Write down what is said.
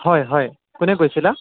হয় হয় কোনে কৈছিলা